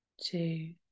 Two